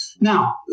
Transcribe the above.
Now